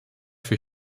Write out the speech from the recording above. für